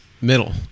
middle